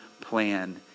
plan